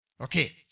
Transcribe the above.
Okay